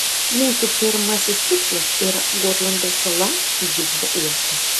mūsų pirmasis tikslas yra gotlando sala visbio uostas